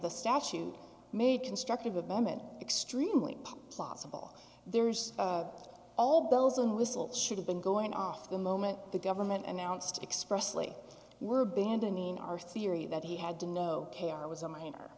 the statute made constructive abetment extremely plausible there's all bells and whistles should have been going off the moment the government announced expressly we're abandoning our theory that he had no care it was a minor